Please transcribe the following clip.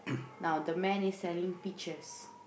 now the man is selling peaches